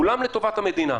כולם לטובת המדינה.